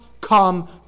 come